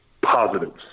positives